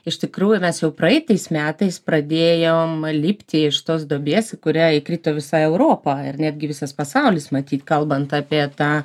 iš tikrųjų mes jau praeitais metais pradėjom lipti iš tos duobės į kurią įkrito visa europa ir netgi visas pasaulis matyt kalbant apie tą